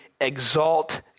exalt